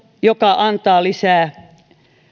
joka antaisi lisää sotiemme